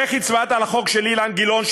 איך הצבעת על החוק של אילן גילאון,